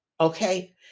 okay